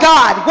God